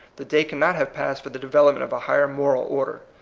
the day cannot have passed for the development of a higher moral order.